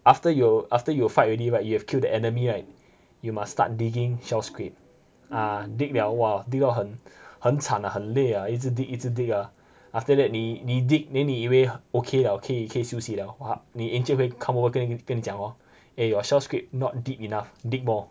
after you after you will fight already right you have killed the enemy right you must start digging shell scrape ah dig liao !wah! dig 到很很惨 lah 很累 ah 一直 dig 一直 ah after that 你你 dig then 你以为 okay liao 可以可以休息了 !wah! 你 encik 会 come over 跟你跟你讲 hor eh your shell scrape not deep enough dig more